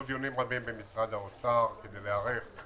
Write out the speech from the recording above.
רבים במשרד האוצר כדי להיערך.